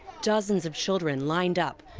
dozens of children lined up,